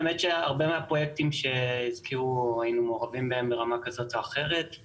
האמת היא שבהרבה מהפרויקטים שהזכירו היינו מעורבים ברמה כזאת או אחרת.